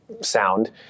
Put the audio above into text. sound